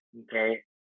okay